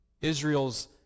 Israel's